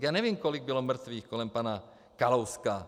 Já nevím, kolik bylo mrtvých kolem pana Kalouska.